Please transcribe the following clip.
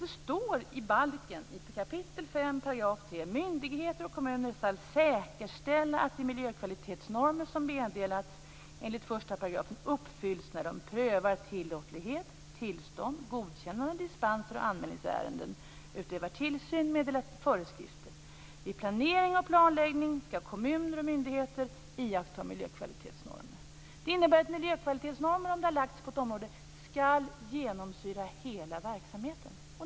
Det står i balkens 5 kap. 3 §: Myndigheter och kommuner skall säkerställa att de miljökvalitetsnormer som meddelats enligt 1 § uppfylls när de prövar tillåtlighet, tillstånd, godkännanden, dispenser och anmälningsärenden och när de utövar tillsyn eller meddelar föreskrifter. Vid planering och planläggning skall kommuner och myndigheter iaktta miljökvalitetsnormer. Det innebär att om miljökvalitetsnormer har satts på ett område skall genomsyra verksamheten.